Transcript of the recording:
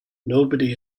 nobody